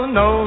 no